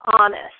honest